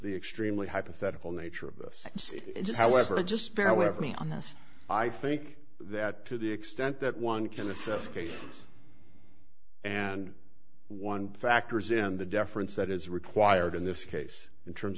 the extremely hypothetical nature of this just however just bear with me on this i think that to the extent that one can assess cases and one factors in the deference that is required in this case in terms